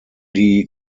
die